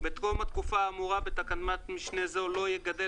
בתום התקופה האמורה בתקנת משנה זו לא יגדל